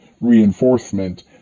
reinforcement